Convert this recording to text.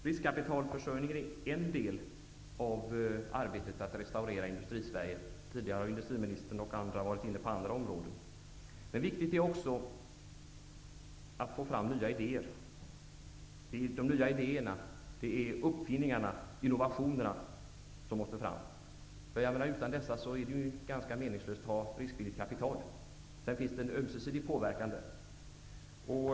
Riskkapitalförsörjningen är en del av arbetet med att restaurera Industrisverige. Tidigare har bl.a. industriministern tagit upp andra områden. Men det är också viktigt att få fram nya idéer. Det är ju nya idéer, uppfinningar och innovationer som måste till. Utan dessa är det ganska meningslöst att ha ett riskvilligt kapital. Sedan finns det en ömsesidig påverkan i det sammanhanget.